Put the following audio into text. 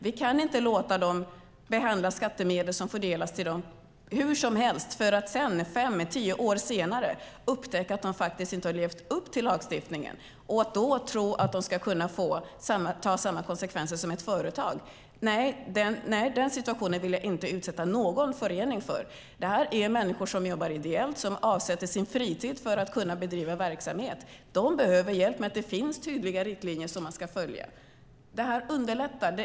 Vi kan inte låta dem behandla skattemedel som fördelas till dem hur som helst för att man sedan, fem tio år senare, ska upptäcka att de inte har levt upp till lagstiftningen. Att då tro att de ska kunna ta samma konsekvenser som ett företag - nej, den situationen vill jag inte utsätta någon förening för. Det är människor som jobbar ideellt och som avsätter sin fritid för att kunna bedriva verksamhet. De behöver hjälp genom tydliga riktlinjer som de ska följa. Det här underlättar.